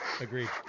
agreed